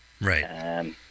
Right